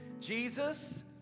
Jesus